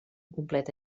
completa